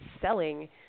selling